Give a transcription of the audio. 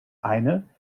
eine